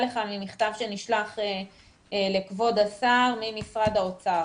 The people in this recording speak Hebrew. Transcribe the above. ממכתב שנשלח לכבוד השר ממשרד האוצר: